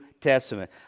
Testament